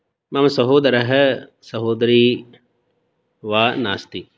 मम सहोदरः सहोदरी वा नास्ति